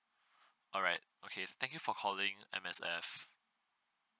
alright okay thank you for calling M_S_F